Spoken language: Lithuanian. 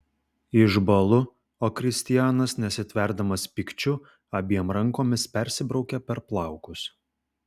išbąlu o kristianas nesitverdamas pykčiu abiem rankomis persibraukia per plaukus